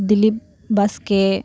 Dilip Baske